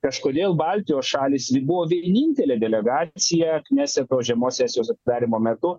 kažkodėl baltijos šalys buvo vienintelė delegacija kneseto žiemos sesijos atidarymo metu